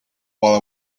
while